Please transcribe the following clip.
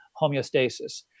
homeostasis